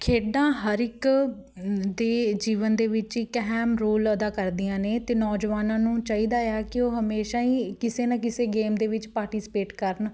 ਖੇਡਾਂ ਹਰ ਇੱਕ ਦੇ ਜੀਵਨ ਦੇ ਵਿੱਚ ਇੱਕ ਅਹਿਮ ਰੋਲ ਅਦਾ ਕਰਦੀਆਂ ਨੇ ਅਤੇ ਨੌਜਵਾਨਾਂ ਨੂੰ ਚਾਹੀਦਾ ਹੈ ਕਿ ਉਹ ਹਮੇਸ਼ਾ ਹੀ ਕਿਸੇ ਨਾ ਕਿਸੇ ਗੇਮ ਦੇ ਵਿੱਚ ਪਾਰਟੀਸਪੇਟ ਕਰਨ